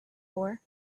for